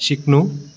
सिक्नु